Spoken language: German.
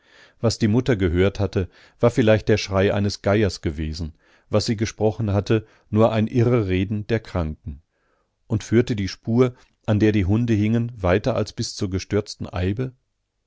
was die mutter gehört hatte war vielleicht der schrei eines geiers gewesen was sie gesprochen hatte nur ein irrereden der kranken und führte die spur an der die hunde hingen weiter als bis zur gestürzten eibe